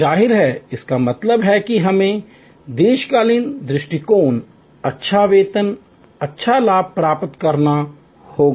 जाहिर है इसका मतलब है कि हमें दीर्घकालिक दृष्टिकोण अच्छा वेतन अच्छा लाभ प्राप्त करना होगा